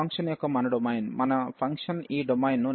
function యొక్క మన domain మన ఫంక్షన్ ఈ డొమైన్ను నిర్వచించింది